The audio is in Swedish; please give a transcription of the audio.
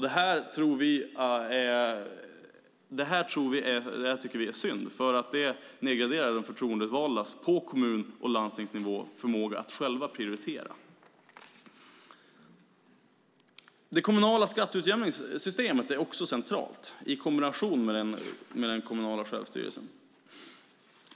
Det här tycker vi är synd, för det nedgraderar förmågan att själva prioritera hos dem som är förtroendevalda på kommun och landstingsnivå. Det kommunala skatteutjämningssystemet, i kombination med den kommunala självstyrelsen, är också centralt.